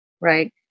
right